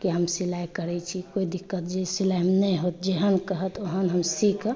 कि हम सिलाइ करै छी कोइ दिक्कत जे सिलाइ मे नहि होत जेहन कहत ओहन हम सी कऽ